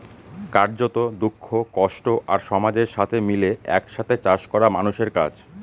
কার্যত, দুঃখ, কষ্ট আর সমাজের সাথে মিলে এক সাথে চাষ করা মানুষের কাজ